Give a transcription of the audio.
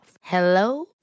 Hello